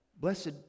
Blessed